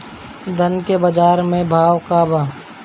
धान के बजार में भाव का बा